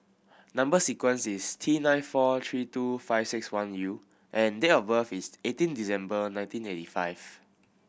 number sequence is T nine four three two five six one U and date of birth is eighteen December nineteen eighty five